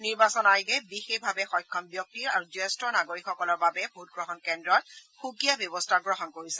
নিৰ্বাচন আয়োগে বিশেষভাৱে সক্ষম ব্যক্তি আৰু জ্যেষ্ঠ নাগৰিকসকলৰ বাবে ভোটগ্ৰহণ কেন্দ্ৰত সুকীয়া ব্যৱস্থা গ্ৰহণ কৰিছে